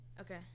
Okay